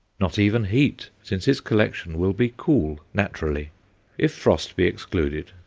not even heat, since his collection will be cool naturally if frost be excluded,